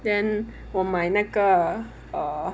then 我买哪个 err